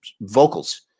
vocals